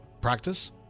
practice